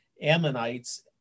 Ammonites